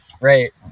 Right